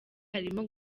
harimo